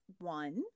one